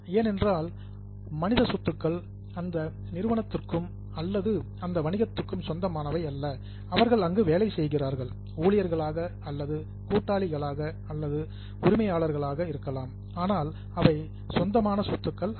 ஏனென்றால் human assets மனித சொத்துக்கள் அந்த நிறுவனத்துக்கும் அல்லது அந்த வணிகத்துக்கும் சொந்தமானவை அல்ல அவர்கள் அங்கு வேலை செய்கிறார்கள் ஊழியர்களாக அல்லது கூட்டாளிகளாக அல்லது உரிமையாளர்களாக இருக்கலாம் ஆனால் அவை சொந்தமான சொத்துக்கள் அல்ல